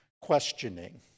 questioning